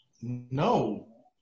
No